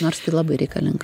nors tai labai reikalinga